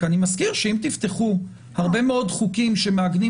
כי אני מזכיר שאם תפתחו הרבה מאוד חוקים שמעגנים